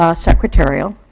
ah secretarial,